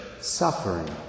suffering